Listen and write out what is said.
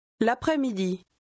L'après-midi